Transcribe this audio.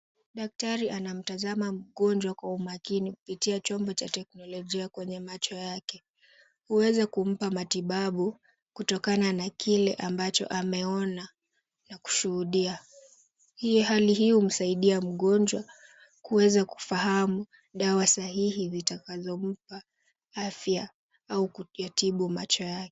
Daktari anamtazama mgonjwa kwa umakini kupitia chombo cha teknolojia kwenye macho yake. Huweza kumpa matibabu kutokana na kile ambacho ameona na kushuhudia. Hali hii humsaidia mgonjwa kuweza kufahamu dawa sahihi zitakazompa afya au kuyatibu macho yake.